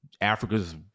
Africa's